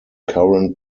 current